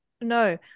no